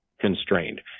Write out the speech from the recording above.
constrained